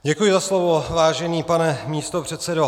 Děkuji za slovo, vážený pane místopředsedo.